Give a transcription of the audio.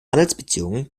handelsbeziehungen